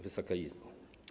Wysoka Izbo!